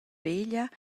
veglia